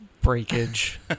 breakage